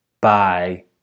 Bye